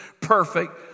perfect